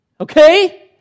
Okay